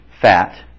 fat